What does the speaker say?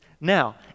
Now